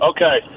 Okay